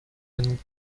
and